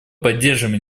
поддерживаем